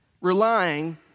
relying